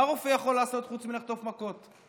מה רופא יכול לעשות חוץ מלחטוף מכות?